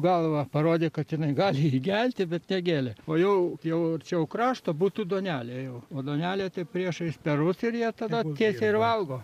galva parodė kad jinai gali įgelti bet negėlė o jau jau arčiau krašto būtų duonelė jau o duonelė tai priešais perus ir jie tada tiesiai ir valgo